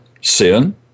sin